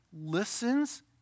listens